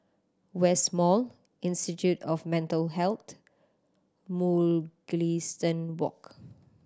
West Mall Institute of Mental Health Mugliston Walk